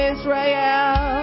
Israel